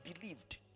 believed